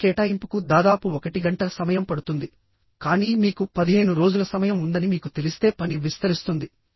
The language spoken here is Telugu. ఇప్పుడు కేటాయింపుకు దాదాపు 1 గంట సమయం పడుతుంది కానీ మీకు 15 రోజుల సమయం ఉందని మీకు తెలిస్తే పని విస్తరిస్తుంది